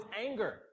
anger